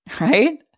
right